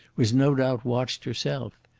was no doubt watched herself.